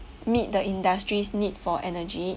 meet the industry's need for energy